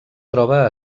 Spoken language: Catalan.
troba